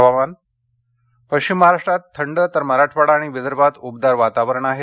हुवामान पश्चिम महाराष्ट्रात थंड तर मराठवाडा आणि विदर्भात उबदार वातावरण आहे